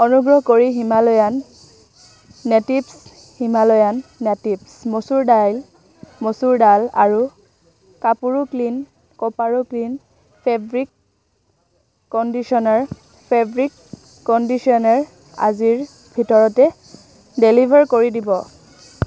অনুগ্ৰহ কৰি Himalayan natives Himalayan natives masoor dal masoor dal আৰু কাপোৰো ক্লীণ কোপাৰো clean fabric conditioner fabric conditioner আজিৰ ভিতৰতে ডেলিভাৰ কৰি দিব